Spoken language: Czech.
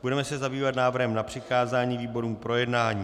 Budeme se zabývat návrhem na přikázání výborům k projednání.